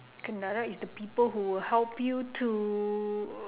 kendarat is the people who will help you to